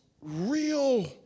real